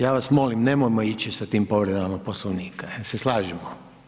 Ja vas molim nemojmo ići sa tim povredama Poslovnika, jel se slažemo?